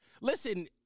Listen